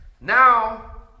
now